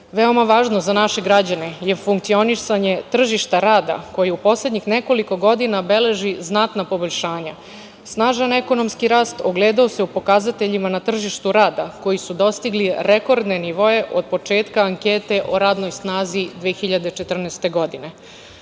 važno za naše građane je funkcionisanje tržište rada, koje u poslednjih nekoliko godina beleži znatna poboljšanja. Snažan ekonomski rast ogledao se u pokazateljima na tržištu rada, koji su dostigli rekordne nivoe od početka ankete o radnoj snazi 2014. godine. Stope